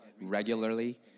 regularly